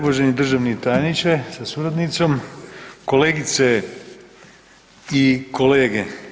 Uvaženi državni tajniče sa suradnicom, kolegice i kolege.